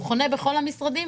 הוא חונה בכל המשרדים.